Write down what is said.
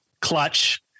clutch